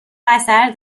اثر